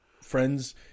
friends